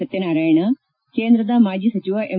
ಸತ್ಹನಾರಾಯಣ ಕೇಂದ್ರದ ಮಾಜಿ ಸಚಿವ ಎಂ